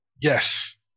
Yes